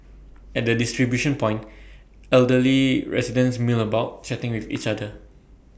at the distribution point elderly residents mill about chatting with each other